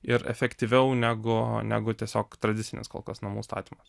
ir efektyviau negu negu tiesiog tradicinis kol kas namų statymas